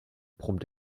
brummt